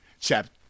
chapter